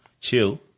chill